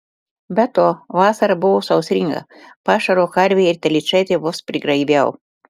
be to vasara buvo sausringa pašaro karvei ir telyčaitei vos prigraibiau